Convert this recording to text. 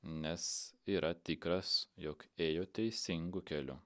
nes yra tikras jog ėjo teisingu keliu